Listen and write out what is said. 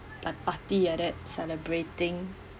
like party like that celebrating